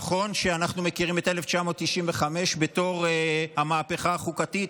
נכון שאנחנו מכירים את 1995 בתור המהפכה החוקתית,